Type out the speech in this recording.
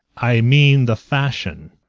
i mean, the fashion.